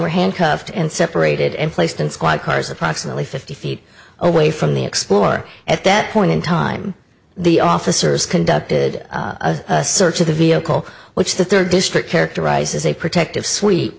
were handcuffed and separated and placed in squad cars approximately fifty feet away from the explore at that point in time the officers conducted a search of the vehicle which the third district characterized as a protective swee